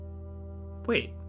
Wait